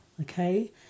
Okay